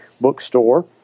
bookstore